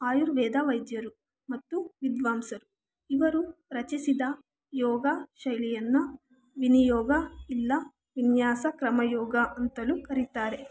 ಆಯುರ್ವೇದ ವೈದ್ಯರು ಮತ್ತು ವಿದ್ವಾಂಸರು ಇವರು ರಚಿಸಿದ ಯೋಗ ಶೈಲಿಯನ್ನು ವಿನಿಯೋಗ ಇಲ್ಲ ವಿನ್ಯಾಸ ಕ್ರಮ ಯೋಗ ಅಂತಲೂ ಕರೀತಾರೆ